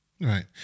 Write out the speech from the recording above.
Right